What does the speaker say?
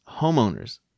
homeowners